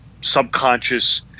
subconscious